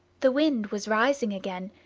the wind was rising again,